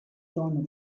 torn